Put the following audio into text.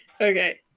Okay